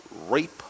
rape